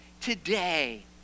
Today